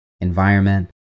environment